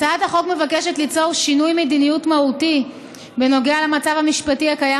הצעת החוק מבקשת ליצור שינוי מדיניות מהותי בנוגע למצב המשפטי הקיים